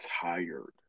tired